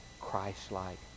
Christ-like